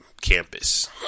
campus